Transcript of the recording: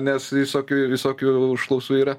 nes visokių visokių užklausų yra